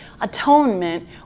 atonement